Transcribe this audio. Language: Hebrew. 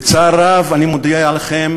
בצער רב אני מודיע לכם